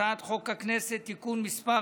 הצעת חוק הכנסת (תיקון מס'